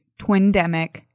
twindemic